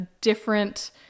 different